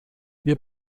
wir